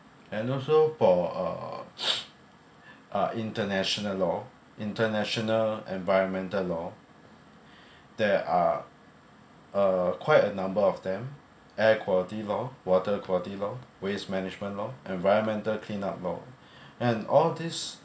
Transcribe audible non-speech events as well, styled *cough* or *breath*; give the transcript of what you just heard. and also for uh *breath* ah international law international environmental law *breath* there are uh quite a number of them air quality law water quality law waste management law environmental cleanup law and all these